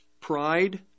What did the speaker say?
pride